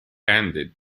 ended